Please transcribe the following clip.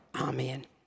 Amen